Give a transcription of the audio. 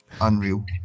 Unreal